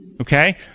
okay